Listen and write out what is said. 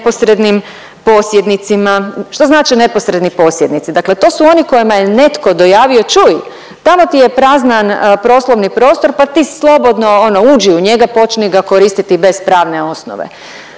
neposrednim posjednicima. Što znači neposredni posjednici? Dakle, to su oni kojima je netko dojavio čuj tamo ti je prazan poslovni prostor, pa ti slobodno ono uđi u njega, počni ga koristiti bez pravne osnove.